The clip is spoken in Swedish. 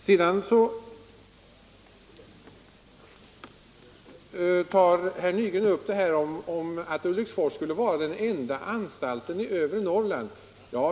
Sedan sade herr Nygren att Ulriksfors skulle vara den enda anstalten i övre Norrland.